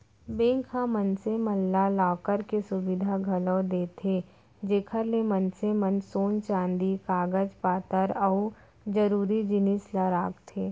bank ह मनसे मन ला लॉकर के सुबिधा घलौ देथे जेकर ले मनसे मन सोन चांदी कागज पातर अउ जरूरी जिनिस ल राखथें